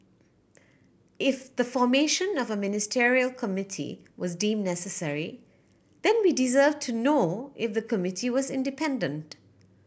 if the formation of a Ministerial Committee was deemed necessary then we deserve to know if the committee was independent